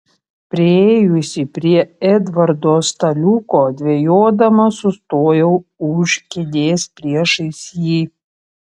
priėjusi prie edvardo staliuko dvejodama sustojau už kėdės priešais jį